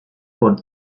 por